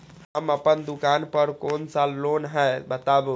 हम अपन दुकान पर कोन सा लोन हैं बताबू?